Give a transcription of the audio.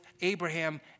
Abraham